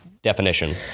definition